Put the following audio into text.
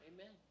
Amen